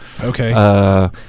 Okay